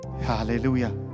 Hallelujah